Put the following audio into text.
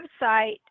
website